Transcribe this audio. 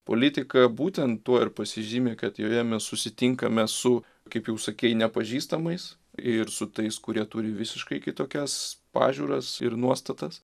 politiką būtent tuo ir pasižymi kad joje mes susitinkame su kaip jau sakei nepažįstamais ir su tais kurie turi visiškai kitokias pažiūras ir nuostatas